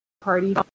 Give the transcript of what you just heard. Party